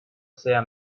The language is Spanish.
cea